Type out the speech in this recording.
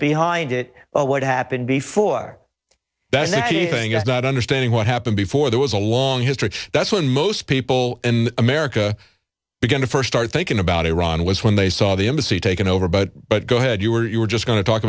behind it what happened before best to keep us not understanding what happened before there was a long history that's when most people in america begin to first start thinking about iran was when they saw the embassy taken over but but go ahead you were you were just going to talk